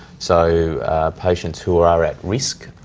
so patients who are are at risk